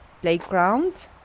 playground